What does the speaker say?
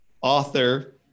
author